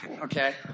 okay